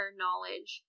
knowledge